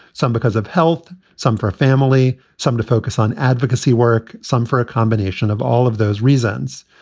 some because of health. some for a family. some to focus on advocacy work. some for a combination of all of those reasons.